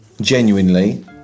genuinely